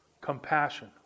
compassion